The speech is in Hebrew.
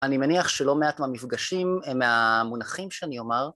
‫אני מניח שלא מעט מהמפגשים, ‫מהמונחים שאני יאמר.